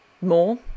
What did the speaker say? more